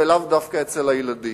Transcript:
ולאו דווקא אצל הילדים.